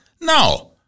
No